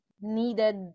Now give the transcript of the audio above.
needed